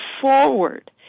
forward